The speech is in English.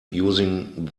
using